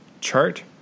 chart